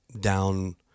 down